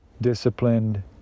disciplined